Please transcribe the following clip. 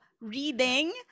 reading